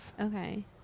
Okay